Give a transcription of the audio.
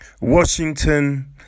Washington